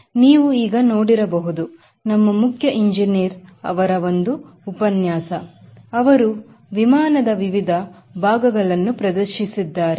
ಮತ್ತು ನೀವು ಈಗ ನೋಡಿರಬಹುದು ನಮ್ಮ ಮುಖ್ಯ ಇಂಜಿನಿಯರ್ ಅವರ ಒಂದು ಉಪನ್ಯಾಸ ಅವರು ವಿಮಾನದ ವಿವಿಧ ಭಾಗಗಳನ್ನು ಪ್ರದರ್ಶಿಸಿದ್ದಾರೆ